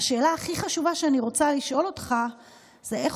והשאלה הכי חשובה שאני רוצה לשאול אותך היא איך